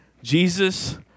Jesus